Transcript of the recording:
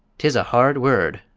tis a hard word,